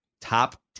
Top